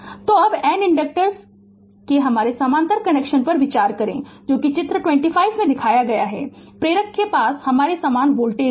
Refer Slide Time 1950 तो अब N inductors के हमारे समानांतर कनेक्शन पर विचार करें जो कि चित्र 25 में दिखाया गया है प्रेरक के पास हमारे समान वोल्टेज है